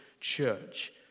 church